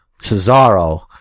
Cesaro